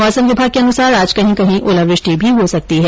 मौसम विभाग के अनुसार आज कहीं कहीं ओलावृष्टि भी हो सकती है